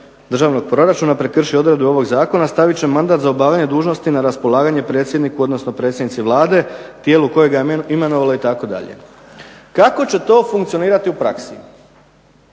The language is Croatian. državnog proračuna prekrši odredbe ovog zakona, stavit će mandat za obavljanje dužnosti na raspolaganje predsjedniku, odnosno predsjednici Vlade, tijelu koje ga je imenovalo, itd. Kako će to funkcionirati u praksi?